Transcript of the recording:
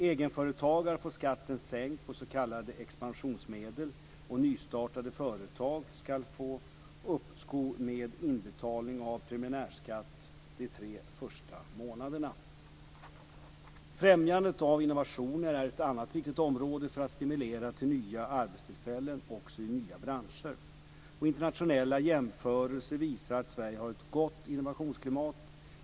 Egenföretagare får skatten sänkt på s.k. expansionsmedel och nystartade företag ska få uppskov med inbetalning av preliminärskatt de tre första månaderna Främjande av innovationer är ett annat viktigt område för att stimulera till nya arbetstillfällen också i nya branscher. Internationella jämförelser visar att Sverige har ett gott innovationsklimat.